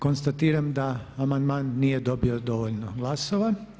Konstatiram da amandman nije dobio dovoljno glasova.